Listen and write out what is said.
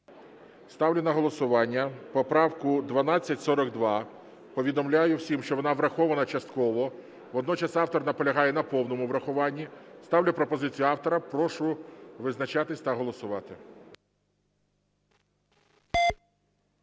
Ставлю на голосування поправку 1242. Повідомляю всім, що вона врахована частково. Водночас автор наполягає на повному врахуванні. Ставлю пропозицію автора. Прошу визначатися та голосувати.